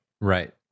Right